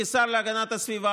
כשר להגנת הסביבה,